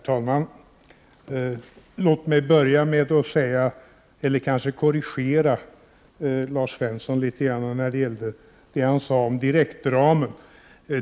Herr talman! Låt mig börja med att något korrigera Lars Svensson när det gäller det som han sade om direktramen.